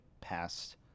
past